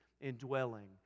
indwelling